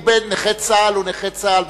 נכה צה"ל הוא נכה צה"ל,